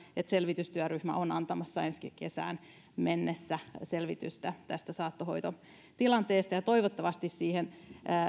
että selvitystyöryhmä on antamassa ensi kesään mennessä selvitystä tästä saattohoitotilanteesta ja he toivottavasti